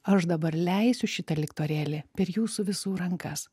aš dabar leisiu šitą liktorėlį per jūsų visų rankas